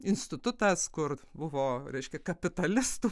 institutas kur buvo reiškia kapitalistų